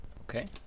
Okay